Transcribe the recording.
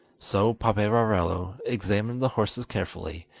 so paperarello examined the horses carefully,